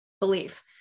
belief